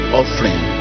offering